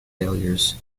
failures